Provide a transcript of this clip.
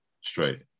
Straight